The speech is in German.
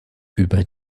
über